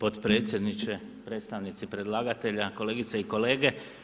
Potpredsjedniče, predstavnici predlagatelja, kolegice i kolege.